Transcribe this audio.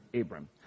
Abram